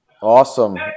Awesome